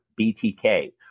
BTK